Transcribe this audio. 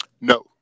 No